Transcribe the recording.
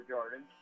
Jordan